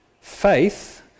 faith